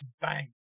bang